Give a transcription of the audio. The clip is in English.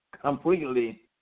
completely